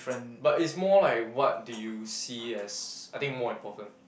but it's more like what do you see as I think more important